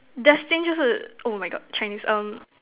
destined 就是 oh my God Chinese um